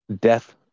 death